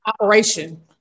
operation